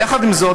יחד עם זאת,